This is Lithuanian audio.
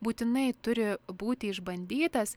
būtinai turi būti išbandytas